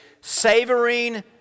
savoring